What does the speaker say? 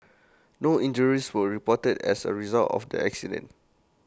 no injuries were reported as A result of the accident